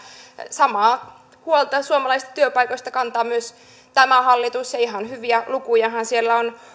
samaa huolta suomalaisista työpaikoista kantaa myös tämä hallitus ja ihan hyviä lukujahan siellä on